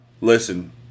Listen